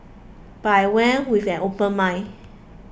but I went with an open mind